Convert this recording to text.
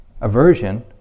aversion